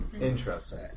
Interesting